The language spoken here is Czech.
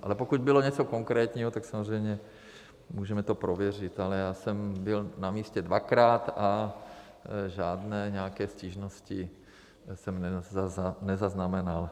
Ale pokud bylo něco konkrétního, tak samozřejmě můžeme to prověřit, ale já jsem byl na místě dvakrát a žádné nějaké stížnosti jsem nezaznamenal.